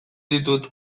ditut